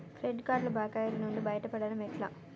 Credit కార్డుల బకాయిల నుండి బయటపడటం ఎట్లా?